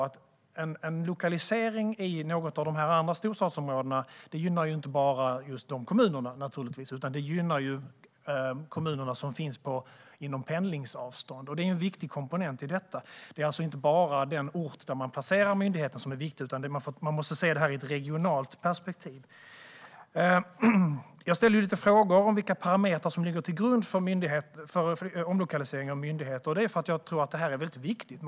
En lokalisering i något av de andra storstadsområdena gynnar naturligtvis inte bara just dessa kommuner, utan det gynnar även de kommuner som finns inom pendlingsavstånd. Det är en viktig komponent i detta. Det är alltså inte bara den ort där man placerar myndigheten som är viktig, utan man måste se detta i ett regionalt perspektiv. Jag har ställt lite frågor om vilka parametrar som ligger till grund för omlokalisering av myndigheter, och det är för att jag tror att detta är viktigt.